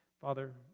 Father